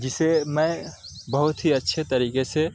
جسے میں بہت ہی اچھے طریقے سے